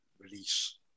release